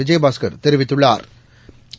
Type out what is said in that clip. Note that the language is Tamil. விஜயபாஸ்கா் தெரிவித்துள்ளாா்